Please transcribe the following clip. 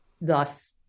thus